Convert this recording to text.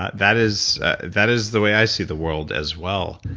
ah that is that is the way i see the world as well.